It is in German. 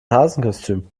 hasenkostüm